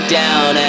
down